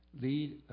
lead